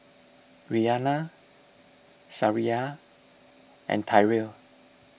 Rhianna Sariah and Tyrell